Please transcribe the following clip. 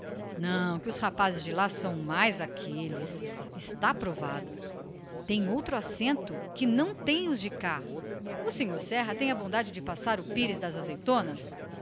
não que os rapazes de lá são mais aqueles está provado têm outro assento que não têm os de cá o senhor serra passa-me o pires das azeitonas